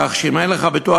כך שאם אין לך ביטוח